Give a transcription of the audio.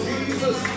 Jesus